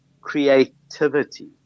creativity